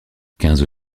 quinze